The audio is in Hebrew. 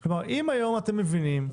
אם היום אתם מבינים,